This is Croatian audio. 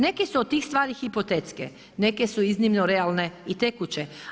Neke su od tih stvari hipotetske, neke su iznimno realne i tekuće.